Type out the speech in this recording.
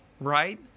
right